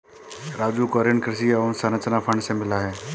राजू को ऋण कृषि अवसंरचना फंड से मिला है